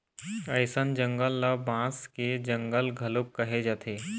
अइसन जंगल ल बांस के जंगल घलोक कहे जाथे